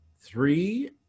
three